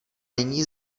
není